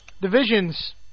Divisions